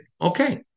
okay